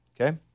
Okay